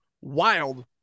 wild